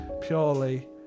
purely